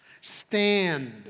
stand